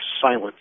silence